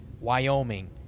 wyoming